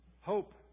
Hope